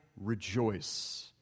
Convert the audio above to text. rejoice